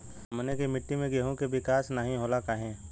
हमनी के मिट्टी में गेहूँ के विकास नहीं होला काहे?